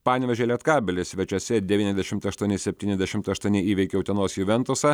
panevėžio lietkabelis svečiuose devyniasdešimt aštuoni septyniasdešimt aštuoni įveikė utenos juventusą